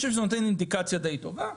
אני חושב שזה נותן אינדיקציה די טובה.